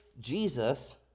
Jesus